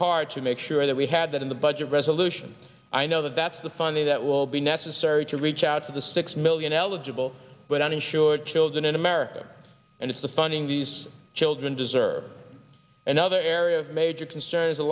hard to make sure that we had that in the budget resolution i know that that's the funny that will be necessary to reach out to the six million eligible but uninsured children in america and it's the funding these children deserve another area of major concern is